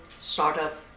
startup